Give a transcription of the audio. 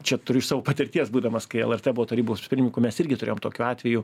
čia turiu iš savo patirties būdamas kai lrt buvau tarybos pirmininku mes irgi turėjom tokių atvejų